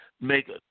make